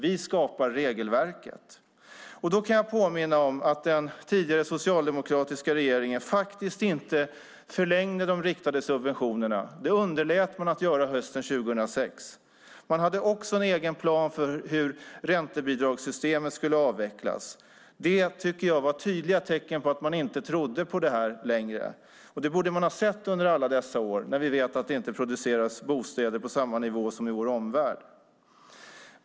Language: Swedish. Vi skapar regelverket. Då kan jag påminna om att den tidigare socialdemokratiska regeringen faktiskt inte förlängde de riktade subventionerna. Det underlät man att göra hösten 2006. Man hade också en egen plan för hur räntebidragssystemet skulle avvecklas. Det tycker jag var tydliga tecken på att man inte trodde på det här längre. Och det borde man ha sett under alla dessa år, när vi vet att det inte producerades bostäder på samma nivå som i vår omvärld.